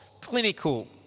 clinical